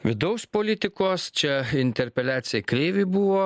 vidaus politikos čia interpeliacija kreiviui buvo